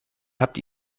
habt